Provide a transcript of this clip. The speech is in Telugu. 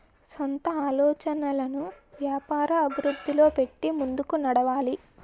సొంత ఆలోచనలను వ్యాపార అభివృద్ధిలో పెట్టి ముందుకు నడవాలి